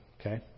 okay